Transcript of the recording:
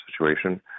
situation